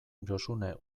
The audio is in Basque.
josune